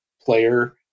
player